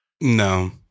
No